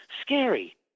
scary